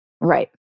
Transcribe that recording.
Right